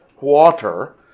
water